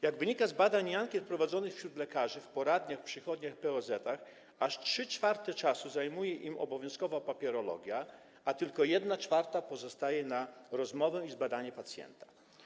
Jak wynika z badań i ankiet prowadzonych wśród lekarzy w poradniach, przychodniach, POZ-ach, aż 3/4 czasu zajmuje im obowiązkowa papierologia, a tylko 1/4 czasu pozostaje na rozmowę i zbadanie pacjenta.